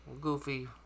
goofy